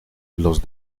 los